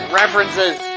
references